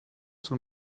sul